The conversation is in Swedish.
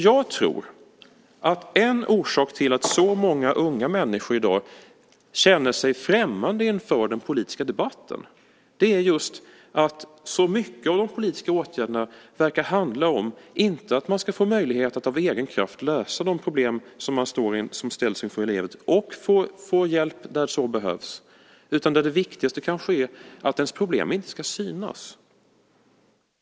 Jag tror att en orsak till att så många unga människor i dag känner sig främmande inför den politiska debatten är just att så mycket av de politiska åtgärderna verkar handla om inte att man ska få möjlighet att av egen kraft lösa de problem som man ställs inför i livet och få hjälp när så behövs, utan det viktigaste är kanske att ens problem inte ska synas.